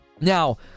Now